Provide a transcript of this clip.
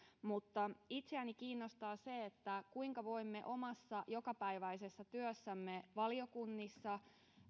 mutta itseäni kiinnostaa se kuinka voimme omassa jokapäiväisessä työssämme valiokunnissa